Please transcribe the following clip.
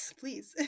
please